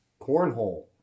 Cornhole